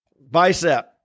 bicep